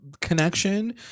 connection